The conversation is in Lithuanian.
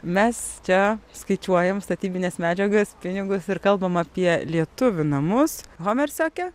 mes čia skaičiuojam statybines medžiagas pinigus ir kalbam apie lietuvių namus homersioke